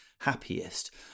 happiest